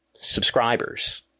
subscribers